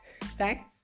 thanks